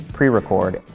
pre-record,